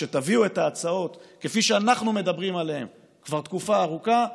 כשתביאו את ההצעות כפי שאנחנו מדברים עליהן כבר תקופה ארוכה,